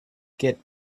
get